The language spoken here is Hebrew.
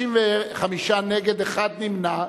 65 נגד, אחד נמנע.